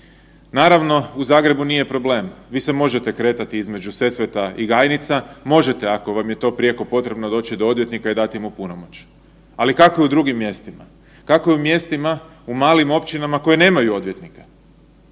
Naravno, u Zagrebu nije problem, vi se možete kretati između Sesveta i Gajnica, možete ako vam je to prijeko potrebno doći do odvjetnika i dati mu punomoć. Ali kako je u drugim mjestima? Kako je u mjestima u malim općinama koje nemaju odvjetnike,